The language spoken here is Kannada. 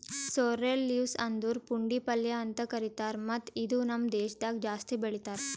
ಸೋರ್ರೆಲ್ ಲೀವ್ಸ್ ಅಂದುರ್ ಪುಂಡಿ ಪಲ್ಯ ಅಂತ್ ಕರಿತಾರ್ ಮತ್ತ ಇದು ನಮ್ ದೇಶದಾಗ್ ಜಾಸ್ತಿ ಬೆಳೀತಾರ್